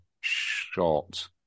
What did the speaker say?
short